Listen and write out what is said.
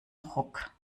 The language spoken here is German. ruck